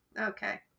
Okay